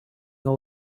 all